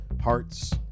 hearts